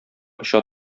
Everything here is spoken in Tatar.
оча